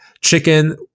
Chicken